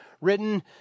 written